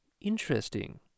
interesting